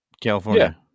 California